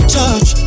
touch